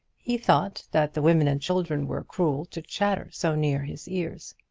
he thought that the women and children were cruel to chatter so near his ears.